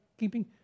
keeping